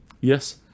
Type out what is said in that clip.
Yes